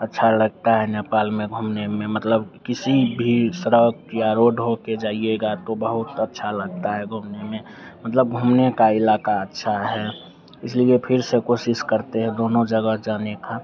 अच्छा लगता है नेपाल में घूमने में मतलब किसी भी सड़क या रोड होकर जाइएगा तो बहुत अच्छा लगता है घूमने में मतलब घूमने का इलाक़ा अच्छा है इसलिए फिर से कोशिश करते है दोनों जगह जाने का